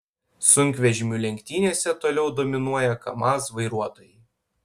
sunkvežimių lenktynėse toliau dominuoja kamaz vairuotojai